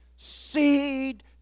seed